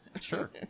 Sure